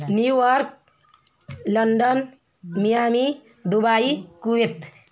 New York London Miami Dubai Kuwait